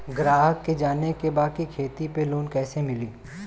ग्राहक के जाने के बा की खेती पे लोन कैसे मीली?